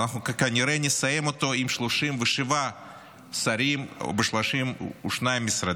ואנחנו כנראה נסיים אותו עם 37 שרים ב-32 משרדים.